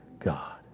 God